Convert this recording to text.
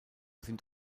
sind